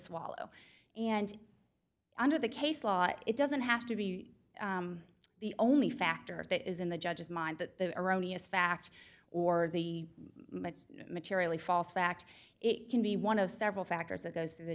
swallow and under the case law it doesn't have to be the only factor that is in the judge's mind that the erroneous facts or the materially false fact it can be one of several factors that goes through the